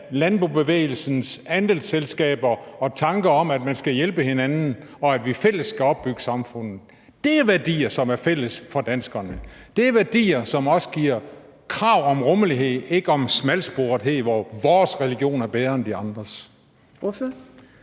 landbobevægelsens andelsselskaber og tanker om, at man skal hjælpe hinanden, og at vi i fællesskab skal opbygge samfundet. Det er værdier, som er fælles for danskerne. Det er værdier, som stiller krav om rummelighed og ikke smalsporethed, hvor man siger, at vores religion er bedre end de andres.